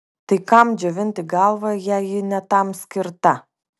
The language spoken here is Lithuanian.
tai kam džiovinti galvą jei ji ne tam skirta